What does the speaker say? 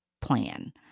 Plan